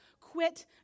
Quit